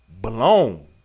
blown